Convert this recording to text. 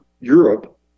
Europe